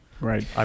Right